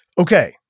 Okay